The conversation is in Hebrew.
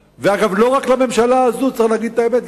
ואגב, לא רק לממשלה הזאת, צריך להגיד את האמת.